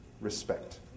respect